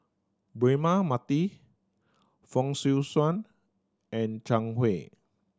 Braema Mathi Fong Swee Suan and Zhang Hui